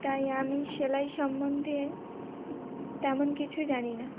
তাই আমি সেলাই সম্বন্ধে তেমন কিছু জানি না